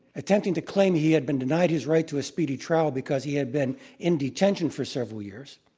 attempting to claim he had been denied his right to a speedy trial because he had been in detention for several years,